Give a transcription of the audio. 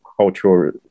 cultural